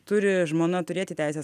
turi žmona turėti teisę